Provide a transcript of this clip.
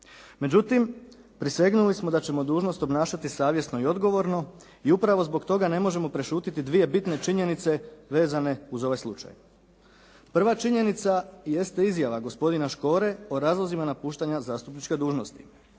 Međutim, prisegnuli smo da ćemo dužnost obnašati savjesno i odgovorno i upravo zbog toga ne možemo prešutjeti bitne činjenice vezane uz ovaj slučaj. Prva činjenica jeste izjava gospodina Škore o razlozima napuštanja zastupničke dužnosti.